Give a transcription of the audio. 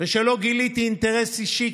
ושלא גיליתי אינטרס אישי,